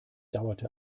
dauerte